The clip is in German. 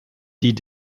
die